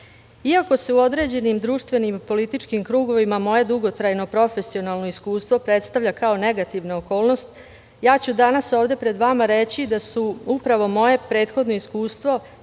se u određenim društvenim političkim krugovima moje dugotrajno profesionalno iskustvo predstavlja kao negativna okolnost, ja ću danas ovde pred vama reći da je upravo moje prethodno iskustvo